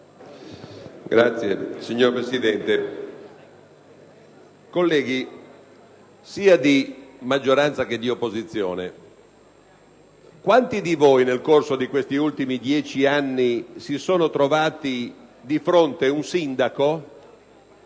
*(PD)*. Signor Presidente, colleghi, sia di maggioranza che di opposizione, quanti di voi nel corso di questi ultimi dieci anni si sono trovati di fronte un sindaco